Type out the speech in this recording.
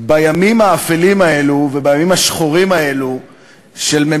בימים האפלים האלו ובימים השחורים האלו של הרכבת